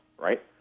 right